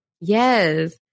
Yes